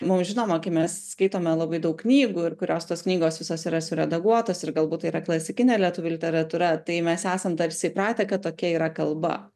mum žinoma kai mes skaitome labai daug knygų ir kurios tos knygos visos yra suredaguotos ir galbūt tai yra klasikinė lietuvių literatūra tai mes esam tarsi įpratę kad tokia yra kalba